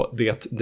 det